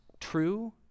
true